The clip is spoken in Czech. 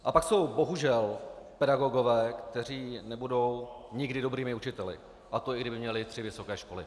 A pak jsou bohužel pedagogové, kteří nebudou nikdy dobrými učiteli, a to i kdyby měli tři vysoké školy.